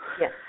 Yes